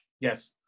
Yes